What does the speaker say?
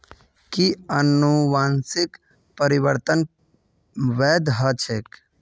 कि अनुवंशिक परिवर्तन वैध ह छेक